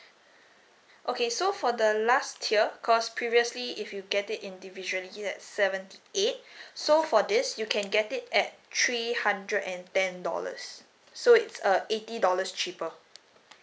okay so for the last tier cause previously if you get it individually that seventy eight so for this you can get it at three hundred and ten dollars so it's a eighty dollars cheaper